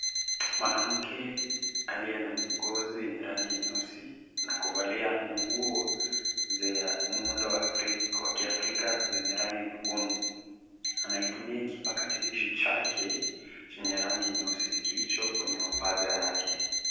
Mwanamke aliye na ngozi yenye rangi nyeusi na kuvalia nguo za muundo wa kiafrika zenye rangi nyekundu. Anaitumia kipakatalishi chake chenye rangi nyeusi kilicho kwenye mapaja yake.